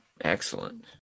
excellent